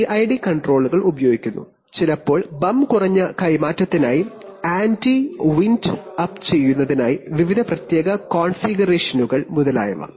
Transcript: PID കൺട്രോളറുകൾ ഉപയോഗിക്കുന്നു ചിലപ്പോൾ ബംപ് കുറഞ്ഞ കൈമാറ്റത്തിനായി ആന്റി വിൻഡ് അപ്പ് ചെയ്യുന്നതിനായി വിവിധ പ്രത്യേക കോൺഫിഗറേഷനുകൾ മുതലായവ